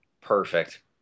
Perfect